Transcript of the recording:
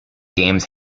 games